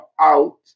out